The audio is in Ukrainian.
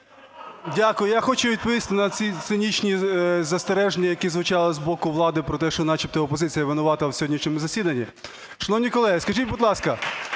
Дякую. Я прошу відповісти на ці цинічні застереження, які звучали з боку влади з боку влади про те, що начебто опозиція винувата в сьогоднішньому засіданні. Шановні колеги, скажіть, будь ласка,